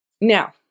Now